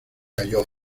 cayó